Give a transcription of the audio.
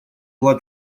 blood